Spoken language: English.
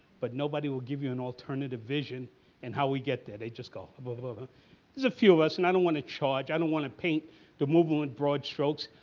but nobody will give you an alternative vision and how we get there. they just go, hubbabubba. there's a few of us, and i don't want to charge, i don't want to paint the movement broad strokes.